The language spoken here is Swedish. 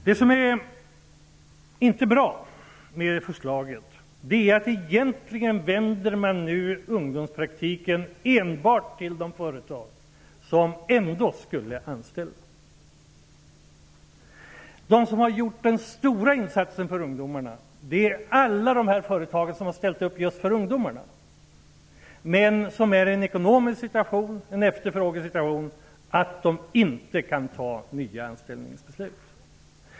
Det som inte är bra med förslaget är att möjligheten till ungdomspraktik enbart kommer att erbjudas de företag som ändå skulle anställa. De som har gjort den stora insatsen för ungdomarna är alla de företag som har ställt upp just för ungdomarna. Men de befinner sig i en ekonomisk situation att de inte kan fatta nya anställningsbeslut.